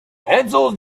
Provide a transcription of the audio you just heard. pencils